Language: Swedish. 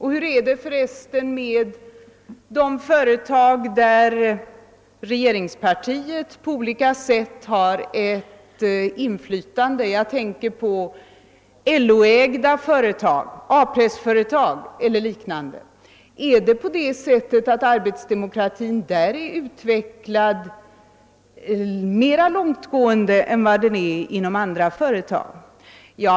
Hur är det för resten i de företag där regeringspartiet på olika sätt har ctt inflytande, jag tänker på LO-ägda företag, A-pressföretag och liknande? Är arbetsdemokratin där mer utvecklad än inom andra företag?